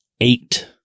eight